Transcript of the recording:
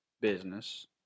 business